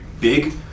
big